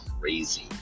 crazy